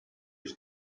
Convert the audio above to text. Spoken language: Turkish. yüz